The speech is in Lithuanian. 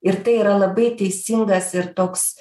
ir tai yra labai teisingas ir toks